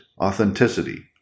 Authenticity